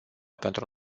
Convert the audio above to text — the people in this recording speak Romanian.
pentru